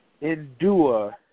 endure